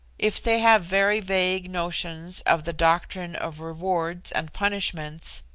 if they have very vague notions of the doctrine of rewards and punishments,